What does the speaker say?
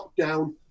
lockdown